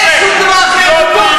אין שום דבר אחר.